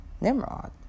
Nimrod